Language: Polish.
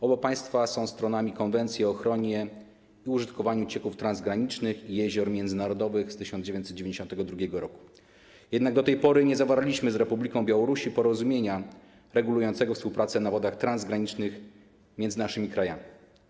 Oba państwa są stronami Konwencji o ochronie i użytkowaniu cieków transgranicznych i jezior międzynarodowych z 1992 r., jednak do tej pory nie zawarliśmy z Republiką Białorusi porozumienia regulującego współpracę na wodach transgranicznych między naszymi krajami.